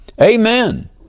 Amen